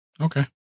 okay